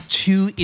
two